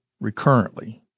recurrently